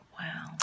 Wow